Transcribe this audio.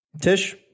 Tish